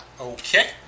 Okay